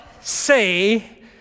say